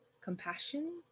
compassion